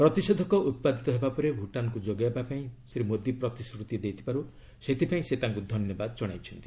ପ୍ରତିଷେଧକ ଉତ୍ପାଦିତ ହେବା ପରେ ଭୂଟାନ୍କୁ ଯୋଗାଇବାପାଇଁ ଶ୍ରୀ ମୋଦି ପ୍ରତିଶ୍ରତି ଦେଇଥିବାରୁ ସେଥିପାଇଁ ସେ ତାଙ୍କୁ ଧନ୍ୟବାଦ ଜଣାଇଛନ୍ତି